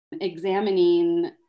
examining